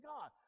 God